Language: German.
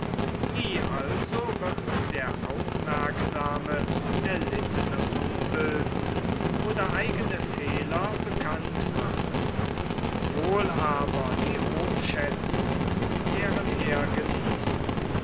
nie also wird der aufmerksame erlittene unbilden oder eigene fehler bekannt machen wohl aber die hochschätzung deren er genießt